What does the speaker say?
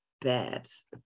Babs